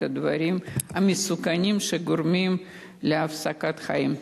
הדברים המסוכנים שגורמים להפסקת חיים.